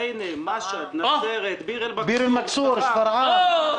ריינה, משהד, נצרת, ביר אל-מכסור, שפרעם.